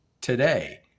today